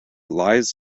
lies